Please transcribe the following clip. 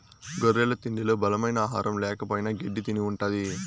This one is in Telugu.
గొర్రెల తిండిలో బలమైన ఆహారం ల్యాకపోయిన గెడ్డి తిని ఉంటది